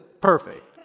perfect